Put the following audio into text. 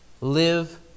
live